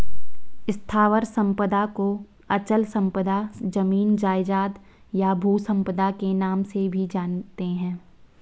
स्थावर संपदा को अचल संपदा, जमीन जायजाद, या भू संपदा के नाम से भी जानते हैं